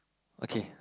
okay